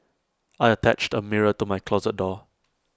I attached A mirror to my closet door